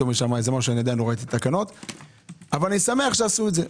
אבל אני שמח שעשו את זה.